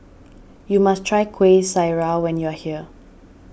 you must try Kueh Syara when you are here